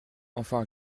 enfin